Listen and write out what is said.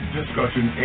discussion